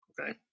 okay